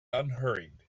unhurried